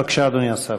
בבקשה, אדוני השר.